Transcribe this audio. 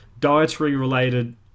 dietary-related